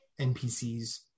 npcs